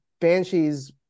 Banshees